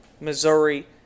Missouri